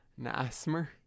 Nasmer